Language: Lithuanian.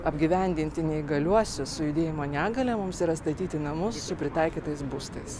apgyvendinti neįgaliuosius su judėjimo negalia mums yra statyti namus su pritaikytais būstais